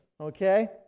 Okay